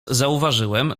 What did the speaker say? zauważyłem